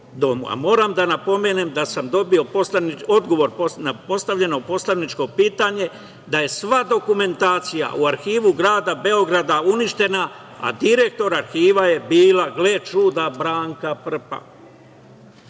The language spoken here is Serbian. moram da napomenem da sam dobio odgovor na postavljeno poslaničko pitanje da je sva dokumentacija u Arhivu grada Beograda uništena, a direktorka arhiva je bila, gle čuda, Branka Prpa.